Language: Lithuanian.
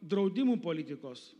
draudimų politikos